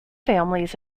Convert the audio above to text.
families